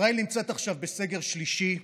ישראל נמצאת עכשיו בסגר שלישי.